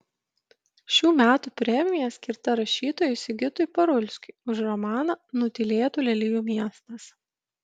šių metų premija skirta rašytojui sigitui parulskiui už romaną nutylėtų lelijų miestas